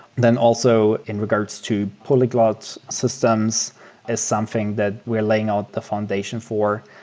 then, also, in regards to polyglot systems is something that we are laying out the foundation for.